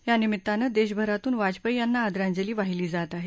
यानिमित्तानं देशभरातून वाजपेयी यांना आदरांजली वाहिली जात आहे